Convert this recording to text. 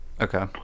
Okay